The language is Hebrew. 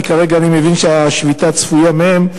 אני כרגע מבין שהשביתה צפויה מהם,